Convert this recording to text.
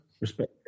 Respect